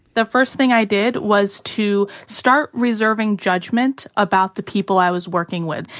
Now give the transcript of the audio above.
the first thing i did was to start reserving judgment about the people i was working with.